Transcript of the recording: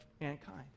mankind